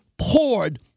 poured